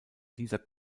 dieser